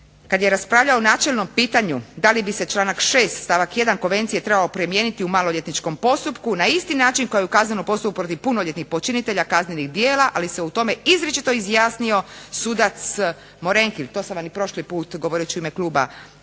kad je raspravljao o načelnom pitanju da li bi se članak 6. stavak 1. Konvencije trebao primijeniti u maloljetničkom postupku na isti način kao i u kaznenom postupku protiv punoljetnih počinitelja kaznenih djela, ali se u tome izričito izjasnio sudac …/Ne razumije se./… To sam vam i prošli put govoreći u ime kluba